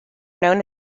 known